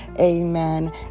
Amen